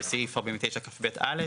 בסעיף 49כב(א),